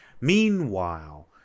Meanwhile